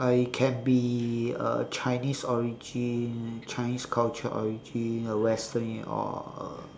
uh it can be a chinese origin chinese culture origin a western or uh